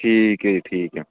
ਠੀਕ ਹੈ ਜੀ ਠੀਕ ਹੈ